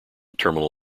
terminal